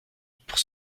pour